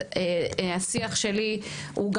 השיח שלי הוא,